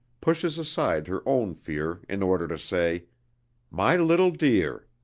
pushes aside her own fear in order to say my little dear!